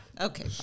Okay